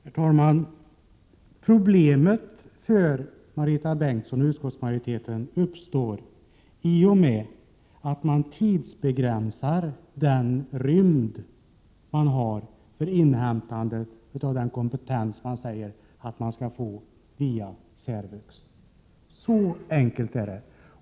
Herr talman! Problemet uppstår, Marita Bengtsson, i och med att man begränsar tidsrymden för inhämtandet av den kompetens som det sägs att eleverna skall få via särvux. Så enkelt är det.